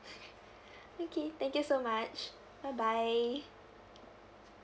okay thank you so much bye bye